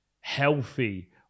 healthy